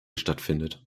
stattfindet